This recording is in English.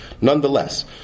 Nonetheless